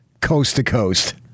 coast-to-coast